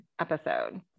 episode